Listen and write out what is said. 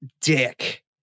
Dick